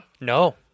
No